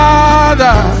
Father